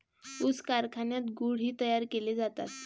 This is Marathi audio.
ऊस कारखान्यात गुळ ही तयार केले जातात